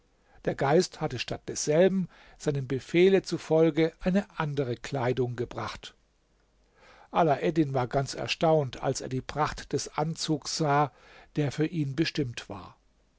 der geist hatte statt desselben seinem befehle zufolge eine andere kleidung gebracht alaeddin war ganz erstaunt als er die pracht des anzugs sah der für ihn bestimmt war